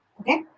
Okay